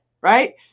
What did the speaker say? right